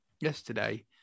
yesterday